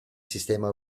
sistema